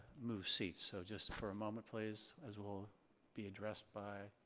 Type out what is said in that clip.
move seats. so just for a moment please as we'll be addressed by